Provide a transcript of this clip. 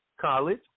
college